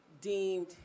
deemed